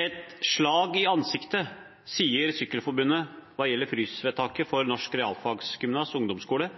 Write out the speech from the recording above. Et slag i ansiktet, sier sykkelforbundet om frysvedtaket, for Norges Realfagsgymnas Ungdomsskole,